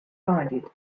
divided